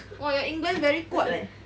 !wah! your england very guat leh